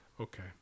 okay